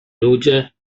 ludzie